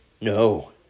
No